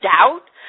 doubt